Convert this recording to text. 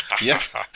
Yes